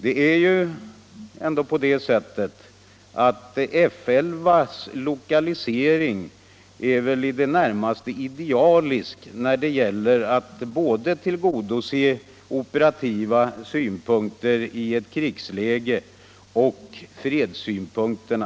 Det är ju ändå så att F 11:s lokalisering är i det närmaste idealisk när det gäller att tillgodose både operativa synpunkter i krigsläge och fredssynpunkter.